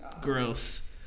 gross